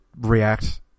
react